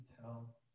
tell